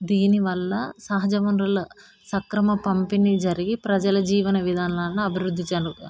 దీనివల్ల సహజ వనరుల సక్రమ పంపిణీ జరిగి ప్రజల జీవన విధానాన్ని అభివృద్ధి జరుగు